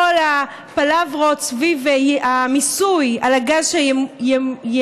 כל הפלברות סביב המיסוי על הגז שייוצא,